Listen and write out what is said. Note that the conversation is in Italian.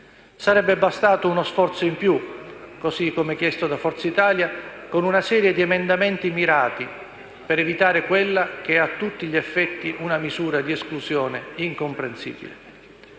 Sarebbe bastato uno sforzo in più - così come chiesto da Forza Italia con una serie di emendamenti mirati - per evitare quella che è, a tutti gli effetti, una misura di esclusione incomprensibile.